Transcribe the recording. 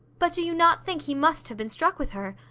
but do you not think he must have been struck with her?